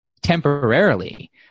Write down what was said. temporarily